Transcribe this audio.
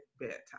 bedtime